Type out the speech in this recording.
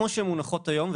כמו שהן מונחות היום,